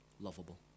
lovable